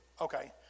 Okay